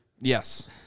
Yes